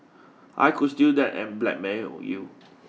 I could steal that and blackmail you